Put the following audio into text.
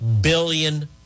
billion